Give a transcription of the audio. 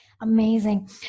Amazing